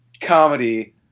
comedy